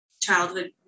childhood